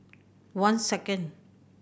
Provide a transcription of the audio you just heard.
one second